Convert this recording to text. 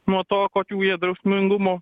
nuo to kokių jie drausmingumo